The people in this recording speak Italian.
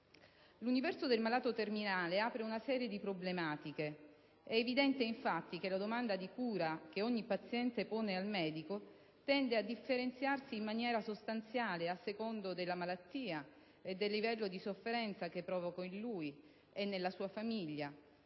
L'universo del malato terminale apre una serie di problematiche. È evidente infatti che la domanda di cura che ogni paziente rivolge al medico tende a differenziarsi in maniera sostanziale a seconda della malattia e del livello di sofferenza che provoca in lui e nella sua famiglia,